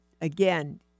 again